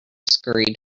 scurried